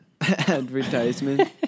advertisement